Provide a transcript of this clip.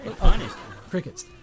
crickets